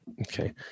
Okay